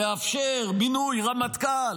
לאפשר מינוי רמטכ"ל,